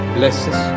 blesses